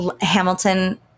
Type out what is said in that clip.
Hamilton